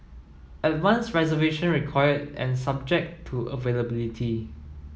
advanced reservation required and subject to availability